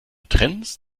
trends